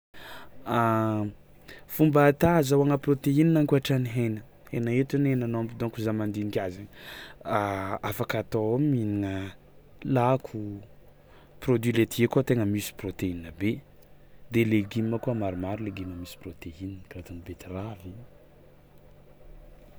Fomba ata azahoagna prôteina ankoatran'ny hena hena ohatrany hoe henan'ômby dônko za mandiniky azy afaka atao mihinagna lako, produits laitiers koa tegna misy prôteina be de legioma koa maromaro legioma misy prôteina karaha toy ny beteravy.